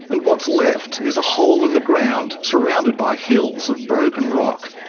and what's left is a hole in the ground surrounded by hills of broken rock.